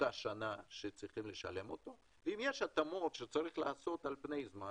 באותה שנה שצריך לשלם אותו ואם יש התאמות שצריך לעשות על פני זמן,